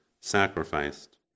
sacrificed